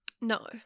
No